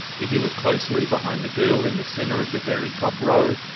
if you look closely, behind the girl in the center of the very top row,